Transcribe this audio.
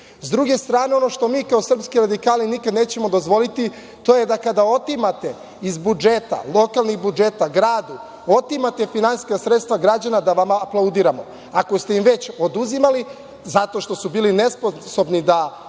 druge strane, ono što mi kao srpski radikali nikada nećemo dozvoliti to je da kada otimate iz budžeta, lokalnih budžeta, gradu, otimate finansijska sredstva građanima da vama aplaudiramo. Ako ste im već oduzimali zato što su bili nesposobni da